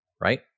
right